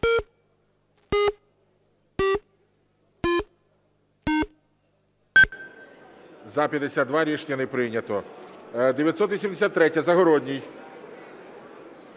За-54 Рішення не прийнято.